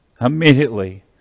immediately